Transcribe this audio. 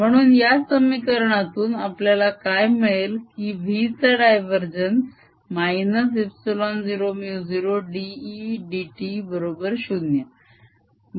म्हणून या समीकरणामधून आपल्याला काय मिळेल की v चा divergence - ε0μ0 d e d t बरोबर 0